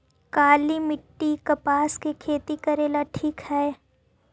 काली मिट्टी, कपास के खेती करेला ठिक हइ?